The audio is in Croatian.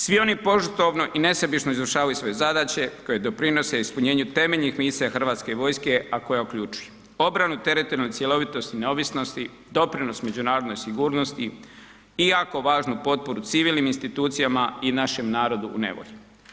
Svi oni požrtvovno i nesebično izvršavaju svoje zadaće koje doprinose ispunjenju temeljnih misija Hrvatske vojske a koja uključuje: obranu, teritorijalnu cjelovitost neovisnosti, doprinos međunarodnoj sigurnosti i jako važnu potporu civilnim institucijama i našem narodu u nevolji.